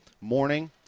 morning